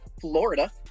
Florida